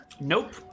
Nope